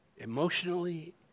Emotionally